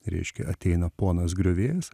reiškia ateina ponas griovėjas